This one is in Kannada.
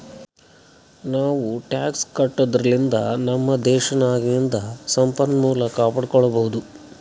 ನಾವೂ ಟ್ಯಾಕ್ಸ್ ಕಟ್ಟದುರ್ಲಿಂದ್ ನಮ್ ದೇಶ್ ನಾಗಿಂದು ಸಂಪನ್ಮೂಲ ಕಾಪಡ್ಕೊಬೋದ್